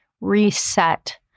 reset